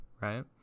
right